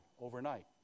overnight